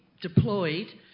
deployed